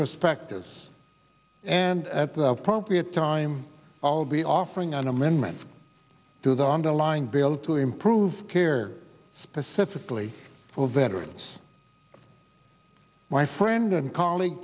perspectives and at the appropriate time i'll be offering an amendment to the underlying bill to improve care specifically for veterans my friend and coll